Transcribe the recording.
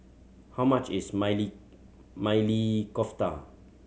how much is Maili Maili Kofta